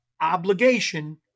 obligation